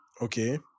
okay